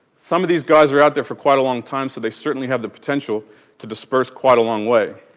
some of these guys are out there for quite a long time so they certainly have the potential to disperse quite a long way.